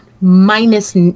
minus